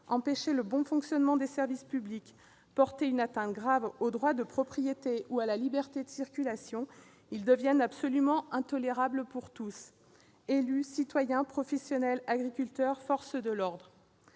empêcher le bon fonctionnement des services publics, porter une atteinte grave au droit de propriété ou à la liberté de circulation, ils deviennent absolument intolérables pour tous : élus, citoyens, professionnels, agriculteurs, force de l'ordre.